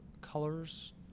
colors